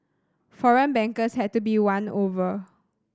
foreign bankers had to be won over